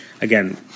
again